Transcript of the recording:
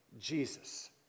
Jesus